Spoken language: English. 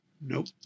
Nope